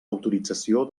autorització